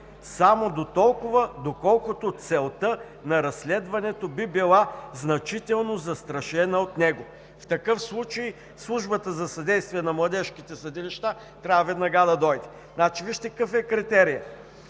само дотолкова, доколкото целта на разследването би била значително застрашена от него. В такъв случай службата за съдействие на младежките съдилища трябва веднага да дойде“. Вижте какъв е критерият